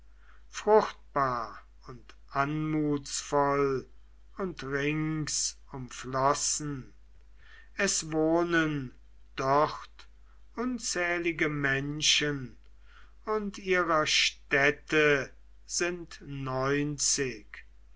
fruchtbar und anmutsvoll und rings umflossen es wohnen dort unzählige menschen und ihrer städte sind